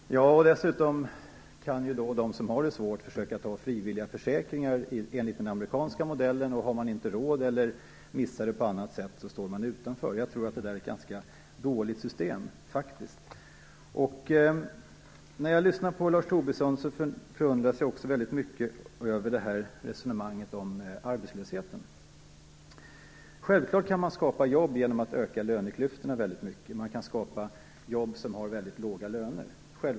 Fru talman! Dessutom kan de som har det svårt försöka ta frivilliga försäkringar enligt den amerikanska modellen. Har man då inte råd, eller missar det på något annat sätt, står man utanför. Jag tror faktiskt att det där är ett ganska dåligt system. När jag lyssnar på Lars Tobisson förundras jag också väldigt mycket över resonemanget om arbetslösheten. Självfallet kan man skapa jobb genom att öka löneklyftorna mycket. Man kan skapa jobb med väldigt låga löner.